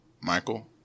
Michael